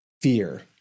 fear